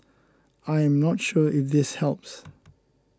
I am not sure if this helps